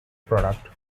product